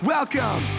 Welcome